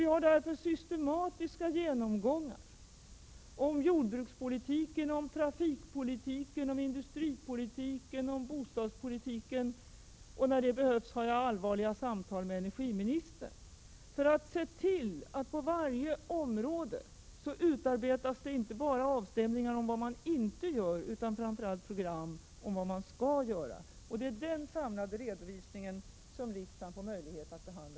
Vi har systematiska genomgångar av jordbruks-, trafik-, industrioch bostadspolitiken. När det behövs har jag allvarliga samtal med energiministern! Det gäller att se till att det inom varje område inte bara utarbetas avstämningar om vad man inte gör, utan framför allt program om vad man skall göra. Det är denna samlade redovisning som riksdagen kommer att få möjlighet att behandla i vår.